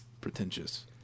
pretentious